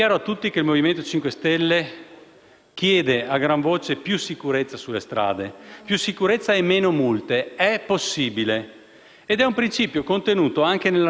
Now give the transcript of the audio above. ed è un principio contenuto anche nella normativa che ha introdotto gli autovelox. Gli autovelox, i *tutor* e i rilevatori ai semafori sono ammessi solo per finalità di prevenzione.